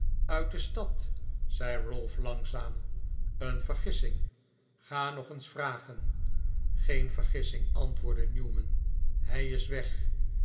uit de stad zei ralph langzaam een vergissing ga nog eens vragen geen vergissing antwoordde newman hij is weg